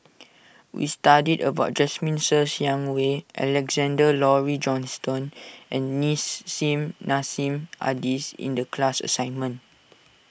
we studied about Jasmine Ser Xiang Wei Alexander Laurie Johnston and Nissim Nassim Adis in the class assignment